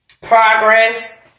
progress